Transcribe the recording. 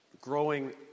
growing